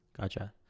Gotcha